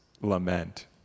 lament